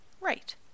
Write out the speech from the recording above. Right